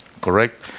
correct